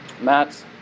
Matt